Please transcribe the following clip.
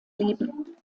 leben